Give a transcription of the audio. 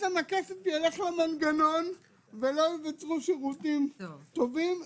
הכסף ילך למנגנון ולא ייווצרו שירותים טובים.